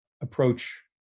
approach